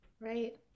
right